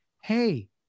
hey